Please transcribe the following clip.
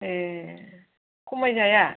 ए खमायजाया